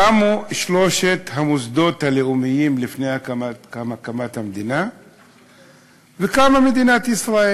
קמו שלושת המוסדות הלאומיים לפני הקמת המדינה וקמה מדינת ישראל.